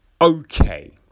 okay